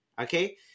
okay